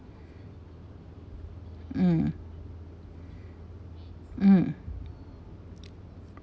mm mm